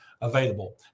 available